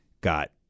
got –